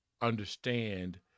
understand